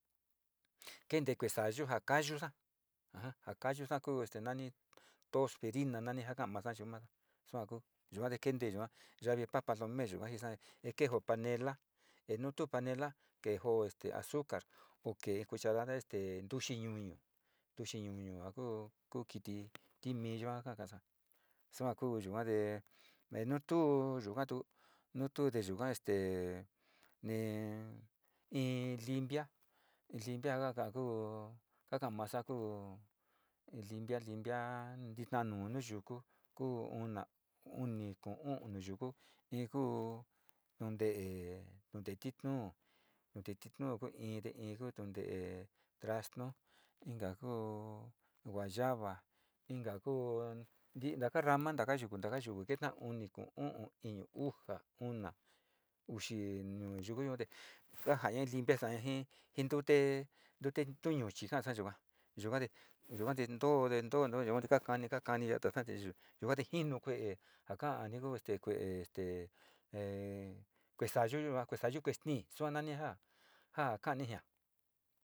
Kantee kuué saaya ja kayusa, a ja kayusa ku este nani tosferina nani ja ka'a masa yu'u masa sua ku yuo kentee te yua yavi papalome jisa ke jo panelate nu tu panela ke jo azcar o kee cuchara ntuxii ñuñu, ntuxi, ñuñu yua ku ku kiti timi yua kaka'asa sua kuu yua te nu tuu yukatu, nu tu yuka este ni in limpia limpia ka ko'o su ka'a masa ku limpia, limpia kitaa nu yuku ku una uni kuú u'u nu yuku in kuu nantee tituu, nu te'e tituu kuu in kuu nutee traenu inka kuu guayaba in ka kuu ntiga taka sama taka yuku ke ta'a uni, kuu u'u iñu uxa una uxi nu yuku yua te kajana limpia kajaña jii ntute tuñu chii sa'asa yuga, yuga te yugate ntoo, ntee too nu yuga te saa kanisa yuga te jinu kuee ja ka'ani ku kueb este te kue'e saayuyuaz kuee sayu kue'e stii sia nani ja, ja ka'ani jia.